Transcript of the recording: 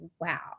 Wow